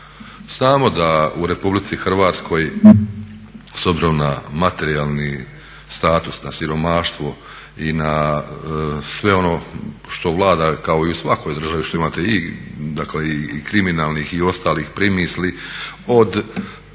Znamo da u Republici Hrvatskoj s obzirom na materijalni status, na siromaštvo i na sve ono što vlada kao i u svakoj državi što imate i dakle i kriminalnih i ostalih primisli, također